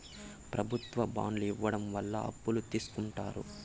ప్రభుత్వాలు బాండ్లు ఇవ్వడం ద్వారా అప్పులు తీస్కుంటారు